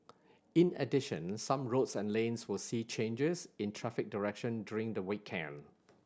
in addition some roads and lanes will see changes in traffic direction during the weekend